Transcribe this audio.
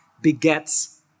begets